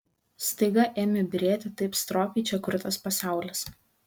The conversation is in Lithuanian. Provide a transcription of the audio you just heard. staiga ėmė byrėti taip stropiai čia kurtas pasaulis